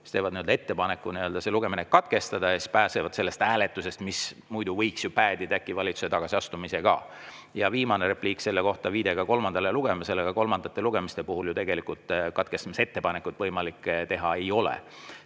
siis teeb ta ettepaneku see lugemine katkestada ja ta pääseb sellest hääletusest, mis muidu võiks äkki päädida valitsuse tagasiastumisega. Ja viimane repliik selle kohta, viide ka kolmandale lugemisele. Kolmandate lugemiste puhul ju tegelikult katkestamise ettepanekut võimalik teha ei ole.